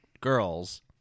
girls